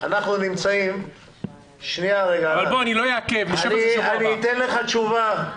אני אתן לך תשובה,